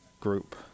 group